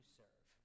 serve